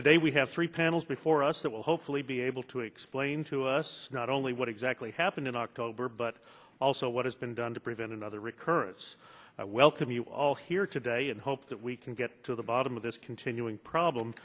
today we have three panels before us that will hopefully be able to explain to us not only what exactly happened in october but also what has been done to prevent another recurrence i welcome you all here today and hope that we can get to the bottom of this continuing problem